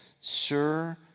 sir